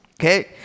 Okay